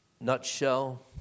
nutshell